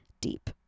deep